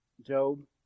Job